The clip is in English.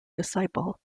disciple